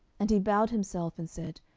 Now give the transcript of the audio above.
and he bowed himself, and said,